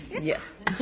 Yes